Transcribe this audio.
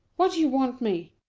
why do you want me?